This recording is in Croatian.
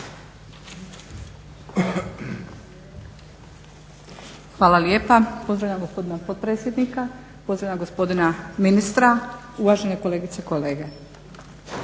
Hvala lijepa. Pozdravljam gospodina potpredsjednika, pozdravljam gospodina ministra, uvažene kolegice i kolege.